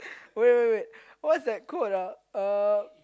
wait wait wait what's that quote ah uh